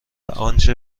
آنچه